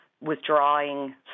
withdrawing